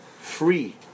free